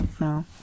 No